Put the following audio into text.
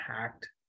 hacked